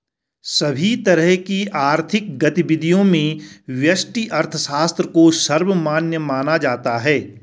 सभी तरह की आर्थिक गतिविधियों में व्यष्टि अर्थशास्त्र को सर्वमान्य माना जाता है